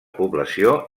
població